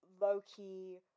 low-key